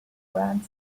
grand